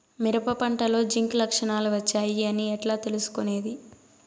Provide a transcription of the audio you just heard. మిరప పంటలో జింక్ లక్షణాలు వచ్చాయి అని ఎట్లా తెలుసుకొనేది?